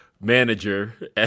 manager